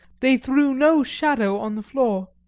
they threw no shadow on the floor.